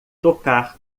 tocar